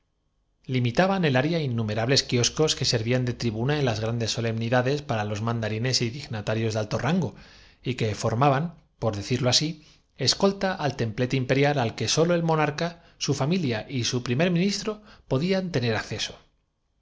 limitaban el área in numerables kioskos que servían de tribuna en las grandes solemnidades para los mandarines y dignata rios de alto rango y que formaban por decirlo así escolta al templete imperial al que solo el monarca su familia y su primer ministro podían tener acceso